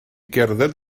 gerdded